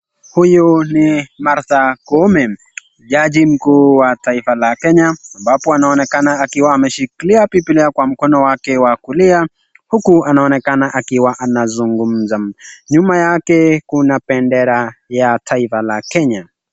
Huyu ni Martha Koome jaji mkuu wa taifa la Kenya ambapo anaonekana akiwa ameshikilia bibilia kwa mkono wake wa kulia huku akiwa anaonekana akizungumza. Nyuma yake kuna pendera ya taifa la Kenya.